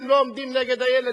כי הם לא עומדים נגד הילד,